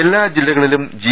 എല്ലാ ജില്ലകളിലും ജി